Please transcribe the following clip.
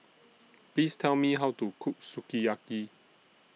Please Tell Me How to Cook Sukiyaki